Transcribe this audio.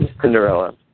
Cinderella